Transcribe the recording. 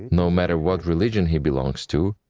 no matter what religion he belongs to?